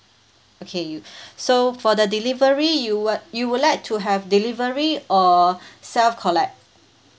okay so for the delivery you what you would like to have delivery or self collect